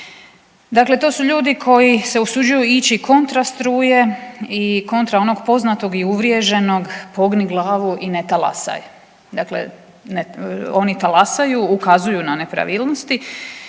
Dakle to su ljudi koji se usuđuju ići kontra struje i kontra onog poznatog i uvriježenog pogni glavu i ne talasaj. Dakle ne, oni talasaju, ukazuju na nepravilnosti